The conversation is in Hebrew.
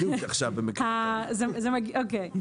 אוקי,